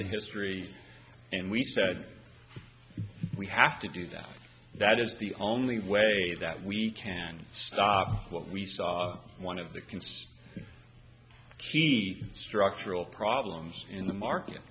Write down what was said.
the history and we said we have to do that that is the only way that we can stop what we saw one of the concerns structural problems in the market